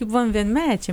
buvom vienmečiai